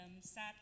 sat